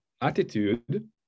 attitude